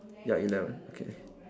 ya eleven okay